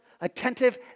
attentive